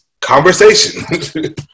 conversation